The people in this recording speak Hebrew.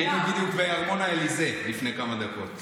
היינו בדיוק בארמון האליזה לפני כמה דקות.